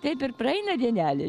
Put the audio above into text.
taip ir praeina dienelė